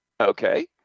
Okay